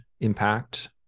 impact